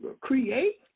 create